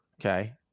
Okay